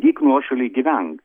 lik nuošalėj gyvenk